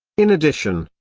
in addition,